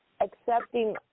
Accepting